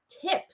tips